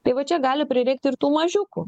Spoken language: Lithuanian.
tai va čia gali prireikti ir tų mažiukų